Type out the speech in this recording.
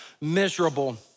miserable